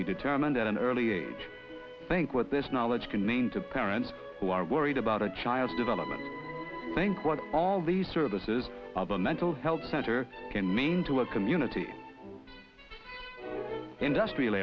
be determined at an early age i think what this knowledge can mean to parents who are worried about a child's development bank what all these services of a mental health center in maine to a community industrial